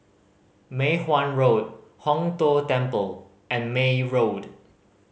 Mei Hwan Road Hong Tho Temple and May Road